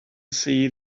see